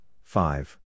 five